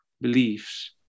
beliefs